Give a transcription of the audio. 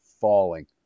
falling